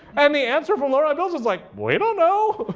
and the answer from lowermybills was like, we don't know.